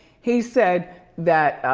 he said that.